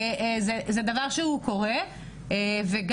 זה דבר שהוא קורה וגם,